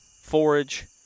forage